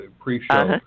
pre-show